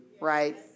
right